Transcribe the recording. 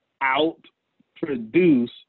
out-produce